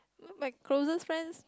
my closest friend